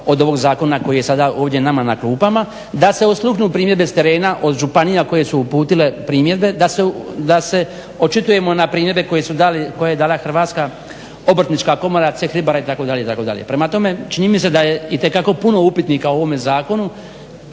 od ovog zakona koji je sada ovdje nama na klupama, da se osluhnu primjedbe s terena od županija koje su uputile primjedbe, da se očitujemo na primjedbe koje je dala Hrvatska obrtnička komora, Ceh ribara itd. Prema tome, čini mi se da je itekako puno upitnika u ovome zakonu